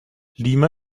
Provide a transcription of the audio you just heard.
lima